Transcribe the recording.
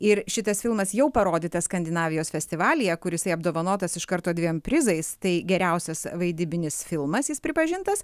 ir šitas filmas jau parodytas skandinavijos festivalyje kur jisai apdovanotas iš karto dviem prizais tai geriausias vaidybinis filmas jis pripažintas